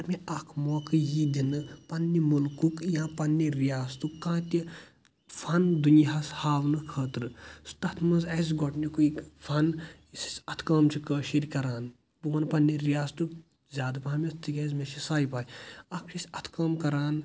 اگر مے اَکھ موقع یی دِنہٕ پَننہِ مُلکُک یا پَننہِ رِیاستُک کانٛہہ تہِ فَن دُنیاہَس ہاونہٕ خٲطرٕ تَتھ منٛز آسہِ گۄڈنِیُکُے فَن یُس أسۍ اَتھ کٲم چھِ کٲشِرۍ کَران بہٕ وَن پَننہِ رِیاستُک زیادٕ پَہمَتھ تِکیاز مے چھِ سۄے پَے اَکھ چھِ أسۍ اتھٕ کٲم کَران